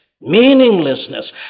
Meaninglessness